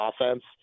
offense –